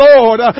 Lord